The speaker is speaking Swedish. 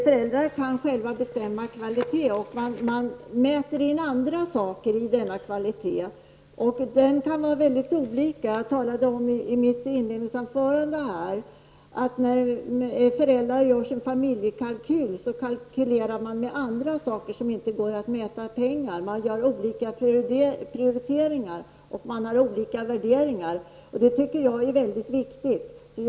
Föräldrar väger in olika saker i vad som är kvalité och de kan ha väldigt olika önskemål. I mitt inledningsanförande talade jag om att när föräldrar gör sin familjekalkyl, räknar de med andra saker som inte går att mäta i pengar. De gör olika prioriteringar beroende på vilka värderingar de har. Det är viktigt att sådana möjligheter ges.